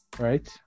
Right